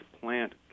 plant